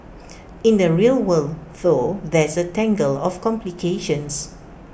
in the real world though there's A tangle of complications